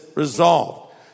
Resolved